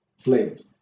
Flavors